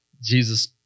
Jesus